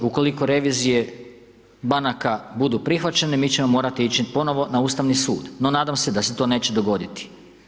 Ukoliko revizije banaka budu prihvaćene, mi ćemo morati ići ponovno na Ustavni sud, no nadam se da se to neće dogoditi.